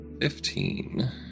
Fifteen